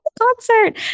concert